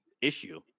issue